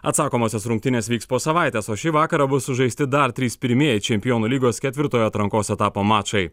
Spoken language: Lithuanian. atsakomosios rungtynės vyks po savaitės o šį vakarą bus sužaisti dar trys pirmieji čempionų lygos ketvirtojo atrankos etapo mačai